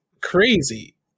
crazy